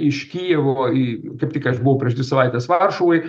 iš kijevo į kaip tik aš buvau prieš dvi savaites varšuvoj